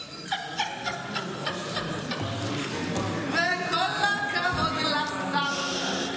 וכל הכבוד לשר.